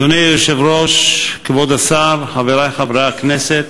אדוני היושב-ראש, כבוד השר, חברי חברי הכנסת,